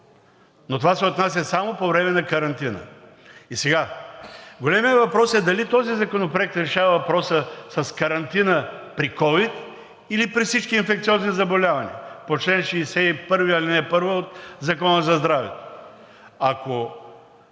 но това се отнася само по време на карантина. Сега, големият въпрос е: дали този законопроект решава въпроса с карантина при COVID, или при всички инфекциозни заболявания по чл. 61, ал. 1 от Закона за здравето? Ако